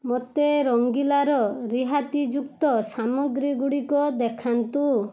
ମୋତେ ରଙ୍ଗିଲାର ରିହାତି ଯୁକ୍ତ ସାମଗ୍ରୀଗୁଡ଼ିକ ଦେଖାନ୍ତୁ